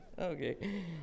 Okay